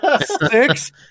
six